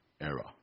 error